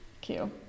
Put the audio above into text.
cue